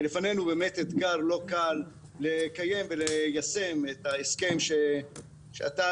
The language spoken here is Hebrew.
בפנינו אתגר לא קל לקיים וליישם את ההסכם שאתה,